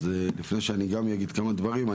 אז לפני שאני גם אגיד כמה דברים,